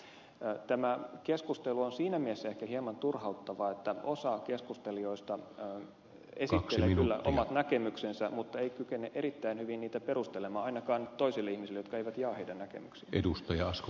tämä keskustelu on siinä mielessä ehkä hieman turhauttavaa että osa keskustelijoista esittelee kyllä omat näkemyksensä mutta ei kykene erittäin hyvin niitä perustelemaan ainakaan toisille ihmisille jotka eivät jaa heidän näkemyksiään